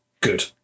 good